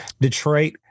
Detroit